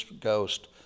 Ghost